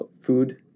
food